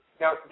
now